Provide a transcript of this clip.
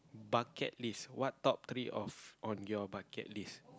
bucket list what top three of on your bucket list